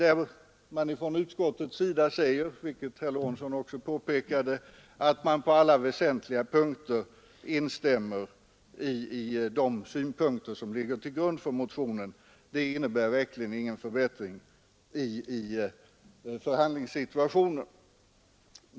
Som herr Lorentzon påpekade, instämmer utskottet i allt väsentligt i de synpunkter som ligger till grund för motionen. Det innebär verkligen ingen förbättring i förhandlingssituationen.